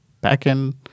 back-end